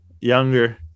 younger